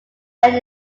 aired